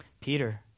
Peter